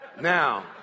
Now